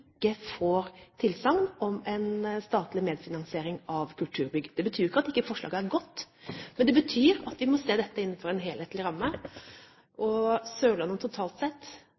ikke får tilsagn om en statlig medfinansiering av kulturbygg. Det betyr ikke at forslaget ikke er godt, men det betyr at vi må se dette innenfor en helhetlig ramme. Sørlandet totalt sett